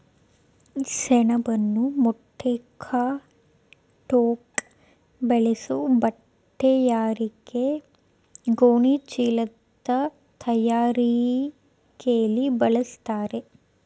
ಸೆಣಬನ್ನು ಮೂಟೆಕಟ್ಟೋಕ್ ಬಳಸೋ ಬಟ್ಟೆತಯಾರಿಕೆ ಗೋಣಿಚೀಲದ್ ತಯಾರಿಕೆಲಿ ಬಳಸ್ತಾರೆ